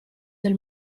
del